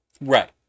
Right